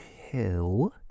hill